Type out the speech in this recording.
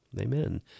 Amen